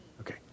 Okay